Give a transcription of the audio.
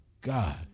God